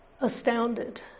astounded